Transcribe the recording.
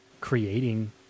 creating